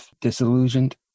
disillusioned